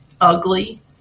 ugly